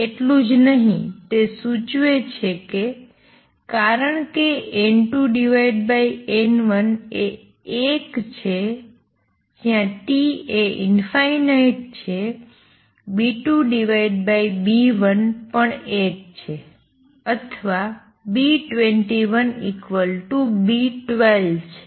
એટલું જ નહીં તે સૂચવે છે કે કારણ કે N2N1 એ 1 છે જ્યાં T એ ∞ છે B2B1 પણ 1 છે અથવા B21 B12 છે